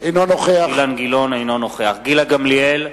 אינו נוכח גילה גמליאל,